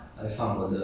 oh okay